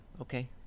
Okay